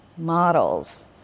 Models